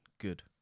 Good